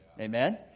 Amen